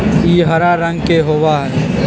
ई हरा रंग के होबा हई